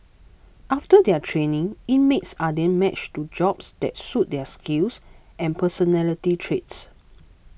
after their training inmates are then matched to jobs that suit their skills and personality traits